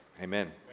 Amen